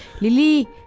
Lily